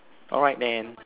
alright then